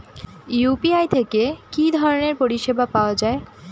UPI থেকে কি ধরণের পরিষেবা পাওয়া য়ায়?